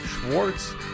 Schwartz